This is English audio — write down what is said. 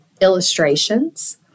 illustrations